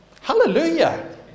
Hallelujah